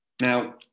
Now